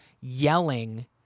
yelling